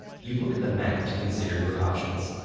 you look at the map to consider your options.